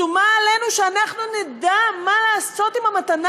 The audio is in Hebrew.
שומה עלינו שאנחנו נדע מה לעשות עם המתנה